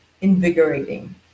invigorating